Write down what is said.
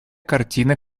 картина